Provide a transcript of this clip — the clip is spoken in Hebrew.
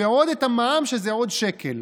ואת המע"מ, שזה עוד שקל.